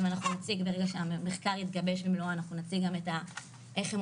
ברגע שהמחקר יתגבש במלואו אנחנו נציג גם איך הם